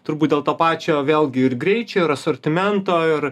turbūt dėl to pačio vėlgi ir greičio ir asortimento ir